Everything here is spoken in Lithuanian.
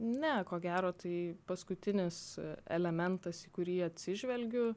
ne ko gero tai paskutinis elementas į kurį atsižvelgiu